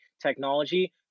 technology